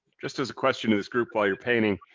just as a question to this group while you're painting,